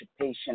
Patient